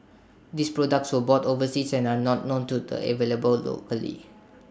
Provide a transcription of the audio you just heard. these products were bought overseas and are not known to the available locally